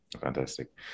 Fantastic